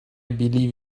believe